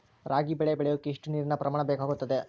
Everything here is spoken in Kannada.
ರಾಗಿ ಬೆಳೆ ಬೆಳೆಯೋಕೆ ಎಷ್ಟು ನೇರಿನ ಪ್ರಮಾಣ ಬೇಕಾಗುತ್ತದೆ?